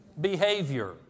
behavior